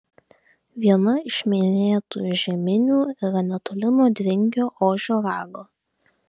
viena iš minėtų žeminių yra netoli nuo dringio ožio rago